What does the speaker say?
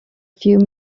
few